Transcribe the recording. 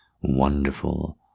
wonderful